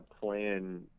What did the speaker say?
plan